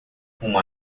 uma